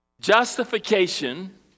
Justification